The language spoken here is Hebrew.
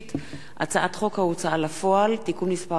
הצעת חוק ההוצאה לפועל (תיקון מס' 40),